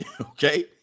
Okay